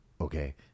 okay